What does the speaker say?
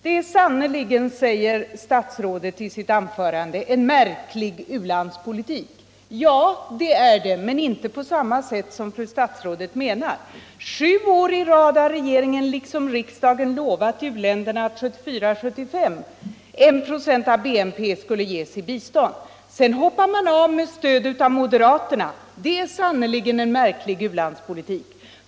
Det är sannerligen, säger statsrådet i sitt anförande, en märklig u-landspolitik. Ja, det är det, men inte på samma sätt som fru statsrådet menar. Sju år i rad har regeringen liksom riksdagen lovat u-länderna att 1 96 av BNP skall ges i bistånd budgetåret 1974/75. Sedan hoppar regeringen av med stöd av moderaterna. Det är sannerligen en märklig u-landspolitik.